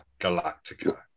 Galactica